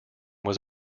was